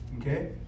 Okay